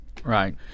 Right